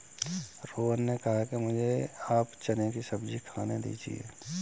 रोहन ने कहा कि मुझें आप चने की सब्जी खाने दीजिए